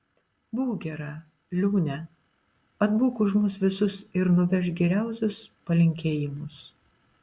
būk gera liūne atbūk už mus visus ir nuvežk geriausius palinkėjimus